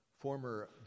Former